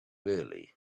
really